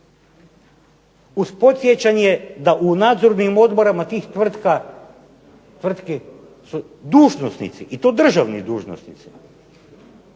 uz podsjećanje da u nadzornim odborima tih tvrtki su dužnosnici i to državni dužnosnici.